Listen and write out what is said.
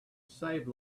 save